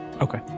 Okay